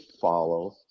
follow